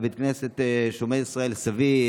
בבית הכנסת שומר ישראל התפלל סבי,